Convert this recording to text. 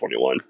2021